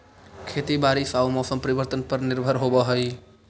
खेती बारिश आऊ मौसम परिवर्तन पर निर्भर होव हई